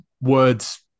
words